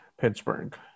Pittsburgh